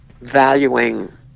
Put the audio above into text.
valuing